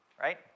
right